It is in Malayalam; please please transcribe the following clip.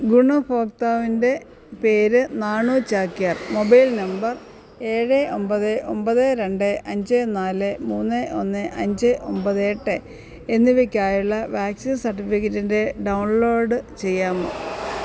ഗുണഭോക്താവിന്റെ പേര് നാണു ചാക്യാർ മൊബൈൽ നമ്പർ ഏഴ് ഒമ്പത് ഒമ്പത് രണ്ട് അഞ്ച് നാല് മൂന്ന് ഒന്ന് അഞ്ച് ഒമ്പത് എട്ട് എന്നിവയ്ക്കായുള്ള വാക്സിൻ സർട്ടിഫിക്കറ്റിന്റെ ഡൗൺലോഡ് ചെയ്യാമോ